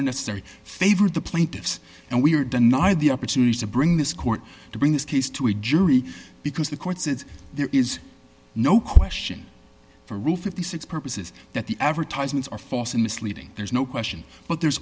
are necessary favored the plaintiffs and we are denied the opportunity to bring this court to bring this case to a jury because the court says there is no question for rule fifty six purposes that the advertisements are false and misleading there's no question but there's